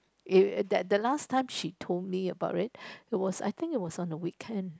that the last time she told me about it it was I think it was on the weekend